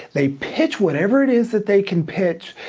they pitch whatever it is that they can pitch,